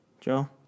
Joe